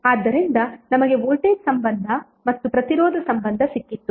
ಆದ್ದರಿಂದ ನಮಗೆ ವೋಲ್ಟೇಜ್ ಸಂಬಂಧ ಮತ್ತು ಪ್ರತಿರೋಧ ಸಂಬಂಧ ಸಿಕ್ಕಿತು